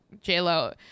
J-Lo